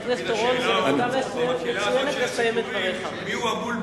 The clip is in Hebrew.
השאלה במקהלה הזאת של הציפורים, מיהו הבולבול.